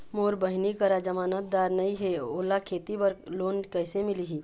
मोर बहिनी करा जमानतदार नई हे, ओला खेती बर लोन कइसे मिलही?